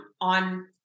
on